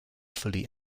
fully